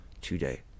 today